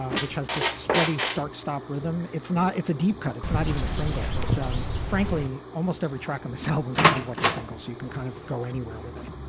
um which has this study start stop rhythm. it's not. it's a deep cut. it's not even a single. but frankly, almost every track on this album sounds like a singles you can kind of go anywhere